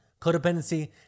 Codependency